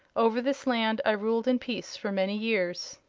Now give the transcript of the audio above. over this land i ruled in peace for many years,